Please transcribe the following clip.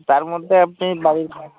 তার মধ্যে আপনি বাড়ি ভাড়া